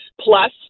Plus